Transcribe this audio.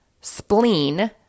spleen